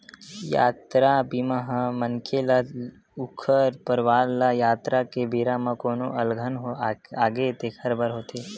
यातरा बीमा ह मनखे ल ऊखर परवार ल यातरा के बेरा म कोनो अलगन आगे तेखर बर होथे